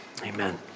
Amen